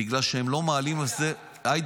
בגלל שהם אפילו לא מעלים את זה על